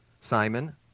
Simon